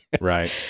Right